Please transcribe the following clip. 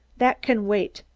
that can wait.